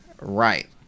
Right